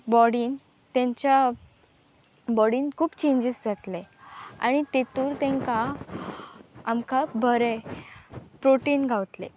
बॉडीन तेंच्या बॉडीन खूब चेंजीस जातले आनी तेतून तांकां आमकां बरें प्रोटीन गावले